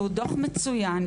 שהוא דוח מצוין,